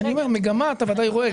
אז אני אומר שמגמה אתה ודאי רואה,